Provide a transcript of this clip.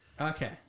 Okay